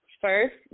first